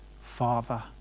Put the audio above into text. Father